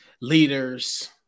leaders